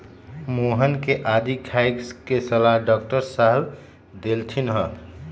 मोहन के आदी खाए के सलाह डॉक्टर साहेब देलथिन ह